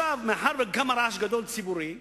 מאחר שקם רעש ציבורי גדול,